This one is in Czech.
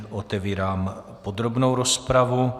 Otevírám podrobnou rozpravu.